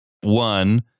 One